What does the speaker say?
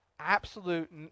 absolute